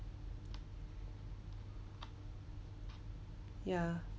yeah